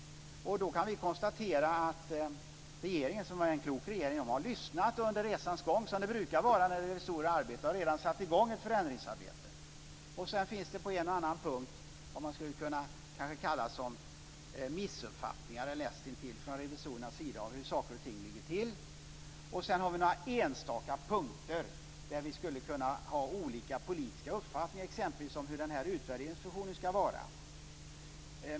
Regeringen, som är en klok regering, har lyssnat under resans gång, som det brukar vara när det gäller revisorernas arbete. Ett förändringsarbete har redan satts i gång. På en och annan punkt finns dock vad som kanske skulle kunna kallas för missuppfattningar, eller nästintill det, från revisorernas sida om hur saker och ting ligger till. På några enstaka punkter skulle det kunna vara så att vi har olika politisk uppfattning, exempelvis om hur utvärderingsfunktionen ska vara.